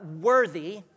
worthy